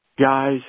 guys